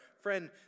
friend